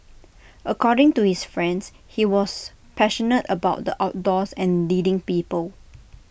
according to his friends he was passionate about the outdoors and leading people